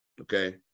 okay